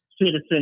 citizen